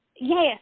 Yes